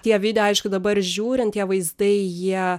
tie veidai aišku dabar žiūrint tie vaizdai jie